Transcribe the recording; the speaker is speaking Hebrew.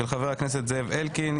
של חבר הכנסת זאב אלקין,